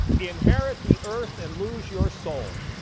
inherit the earth and lose your soul.